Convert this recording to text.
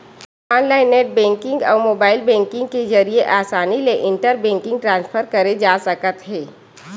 online net banking अउ mobile banking के जरिए असानी ले इंटर बेंकिंग ट्रांसफर करे जा सकत हे